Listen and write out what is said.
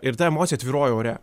ir ta emocija tvyrojo ore